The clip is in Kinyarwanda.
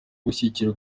gushyigikira